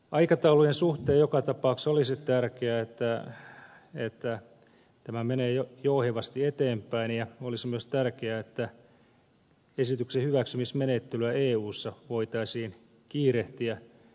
aikataulujen suhteen joka tapauksessa olisi tärkeää että tämä menee jouhevasti eteenpäin ja olisi myös tärkeää että esityksen hyväksymismenettelyä eussa voitaisiin kiirehtiä